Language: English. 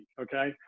okay